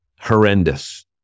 horrendous